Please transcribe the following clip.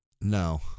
No